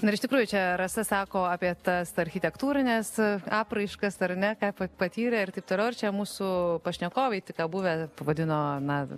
na iš tikrųjų čia rasa sako apie tas architektūrines apraiškas ar ne ką patyrę ir taip toliau ar čia mūsų pašnekovai tik ką buvę pavadino na